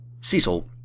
Cecil